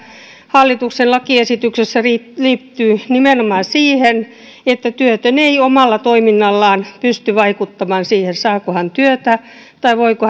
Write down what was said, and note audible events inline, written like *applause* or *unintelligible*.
hallituksen lakiesityksessä liittyy liittyy nimenomaan siihen että työtön ei omalla toiminnallaan pysty vaikuttamaan siihen saako hän työtä tai voiko *unintelligible*